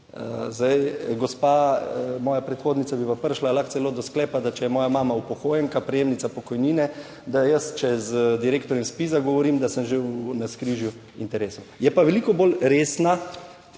Zdaj, gospa, moja predhodnica, bi pa prišla lahko celo do sklepa, da če je moja mama upokojenka, prejemnica pokojnine, da jaz, če z direktorjem ZPIZ-aa govorim, da sem že v navzkrižju interesov. Je pa veliko bolj resna